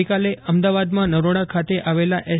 ગઇકાલે અમદાવાદમાં નરોડા ખાતે આવેલા એસ